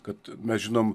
kad mes žinom